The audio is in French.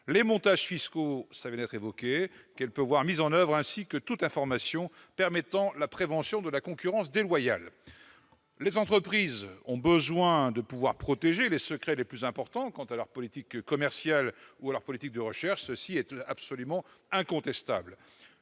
les montages fiscaux-cela vient d'être évoqué -qu'elle peut avoir mis en oeuvre, ainsi que toutes informations permettant la prévention de la concurrence déloyale. Les entreprises ont besoin de pouvoir protéger les secrets les plus importants relatifs à leur politique commerciale ou à leur politique de recherche- c'est absolument incontestable.